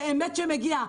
באמת שמגיע,